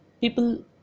people